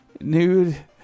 nude